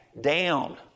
down